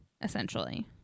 essentially